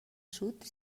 sud